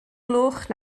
gloch